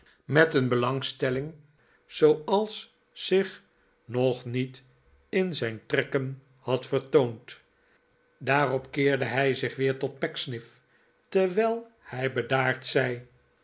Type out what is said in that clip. met een belangstelling zooals zich nog niet in zijn trekken had vertoond daarop keerde hij zich weer tot pecksniff terwijl hij bedaard zei